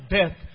death